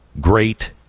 great